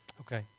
Okay